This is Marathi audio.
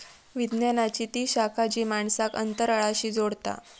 विज्ञानाची ती शाखा जी माणसांक अंतराळाशी जोडता